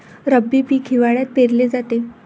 रब्बी पीक हिवाळ्यात पेरले जाते